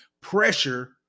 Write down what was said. pressure